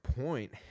point